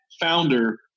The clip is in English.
founder